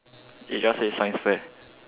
it just say science fair